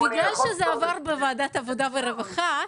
בגלל שזה עבר בוועדת העבודה והרווחה,